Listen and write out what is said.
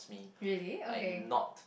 really okay